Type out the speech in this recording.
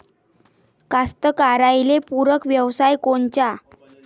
कास्तकाराइले पूरक व्यवसाय कोनचा?